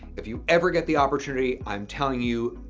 if you ever get the opportunity, i'm telling you,